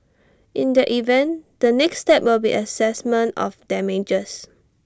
in that event the next step will be Assessment of damages